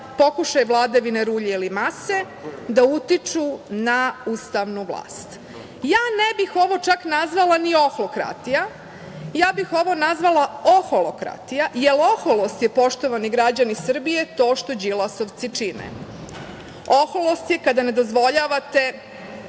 pokušaj vladavine rulje ili mase da utiču na ustavnu vlast. Ja ne bih čak ovo nazvala ni oholkratija. Ja bih ovo nazvala oholokratija, jer oholost je, poštovani građani Srbije, to što đilasovci čine. Oholost je kada ne dozvoljavate